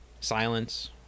silence